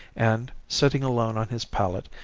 and, sitting alone on his pallet,